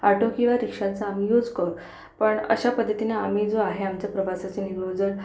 auto किंवा रिक्षाचा आम्ही यूज करू पण अशा पद्धतीने आम्ही जो आहे आमच्या प्रवासाचे नियोजन